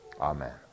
Amen